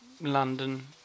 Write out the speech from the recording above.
London